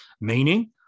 Meaning